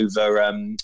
over –